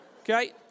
Okay